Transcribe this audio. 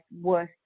worth